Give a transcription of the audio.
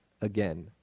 again